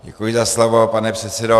Děkuji za slovo, pane předsedo.